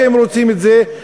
שהם רוצים את זה,